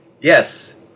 yes